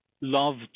loved